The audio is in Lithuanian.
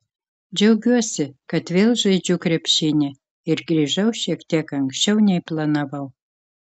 džiaugiuosi kad vėl žaidžiu krepšinį ir grįžau šiek tiek anksčiau nei planavau